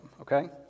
okay